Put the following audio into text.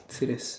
serious